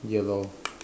yellow